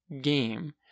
game